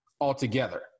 altogether